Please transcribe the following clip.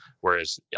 Whereas